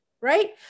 right